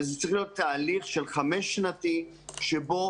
וזה צריך להיות תהליך חמש-שנתי שבו